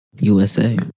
USA